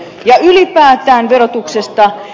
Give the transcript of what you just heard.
ja ylipäätään verotuksesta